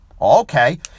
Okay